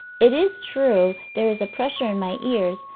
it is true there is a pressure in my ears,